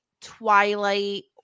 twilight